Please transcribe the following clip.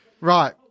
Right